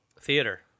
Theater